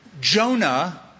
Jonah